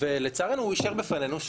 ולצערנו הוא אישר בפנינו,